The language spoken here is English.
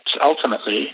ultimately